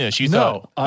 No